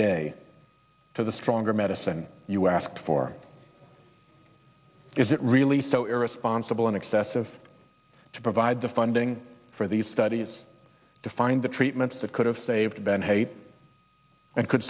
day to the stronger medicine you asked for is it really so irresponsible and excessive to provide the funding for these studies to find the treatments that could have saved been haiti and could